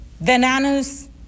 bananas